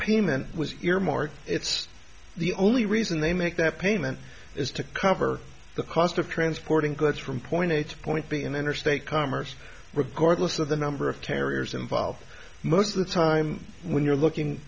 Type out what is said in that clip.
payment was earmarked it's the only reason they make that payment is to cover the cost of transporting goods from point a to point b in interstate commerce regardless of the number of terriers involved most of the time when you're looking